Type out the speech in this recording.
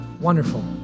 Wonderful